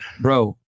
Bro